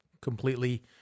completely